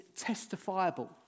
testifiable